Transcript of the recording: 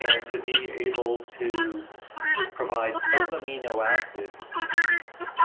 and to be able to provide some amino acids